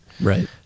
right